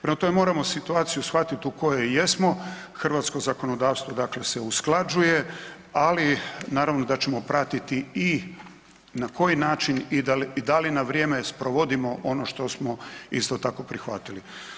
Prema tome, moramo situaciju shvatit u kojoj jesmo, hrvatsko zakonodavstvo dakle se usklađuje, ali naravno da ćemo pratiti i na koji način i da li na vrijeme sprovodimo ono što smo isto tako prihvatili.